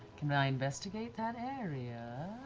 can i investigate that area?